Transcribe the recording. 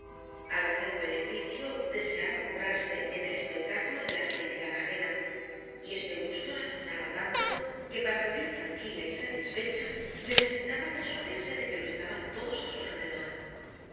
al hacer un beneficio deseaba cobrarse en el espectáculo de la felicidad ajena y este gusto la dominaba tanto que para vivir tranquila y satisfecha necesitaba persuadirse de que lo estaban todos á su alrededor